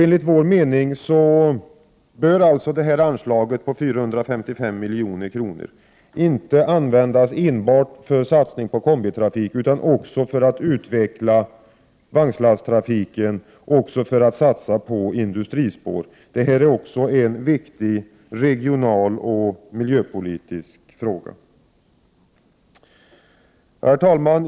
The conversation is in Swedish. Enligt vår mening bör detta anslag på 455 milj.kr. inte användas enbart för satsning på kombitrafik utan också för att utveckla vagnslasttrafik och industrispår. Detta är en viktig regionaloch miljöpolitisk fråga. Herr talman!